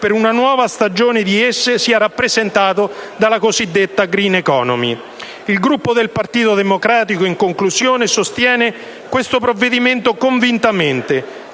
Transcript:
per una nuova stagione di esse sia rappresentato dalla cosiddetta *green economy*. Il Gruppo del Partito Democratico, in conclusione, sostiene questo provvedimento convintamente,